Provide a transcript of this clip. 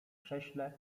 krześle